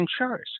insurers